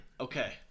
Okay